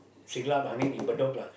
Siglap I mean in Bedok lah